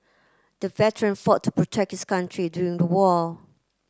the veteran fought to protect his country during the war